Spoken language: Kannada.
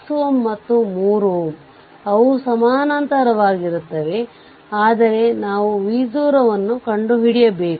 51 ಆಂಪಿಯರ್ ಯಾವುದೇ ಆಗಿರಬಹುದು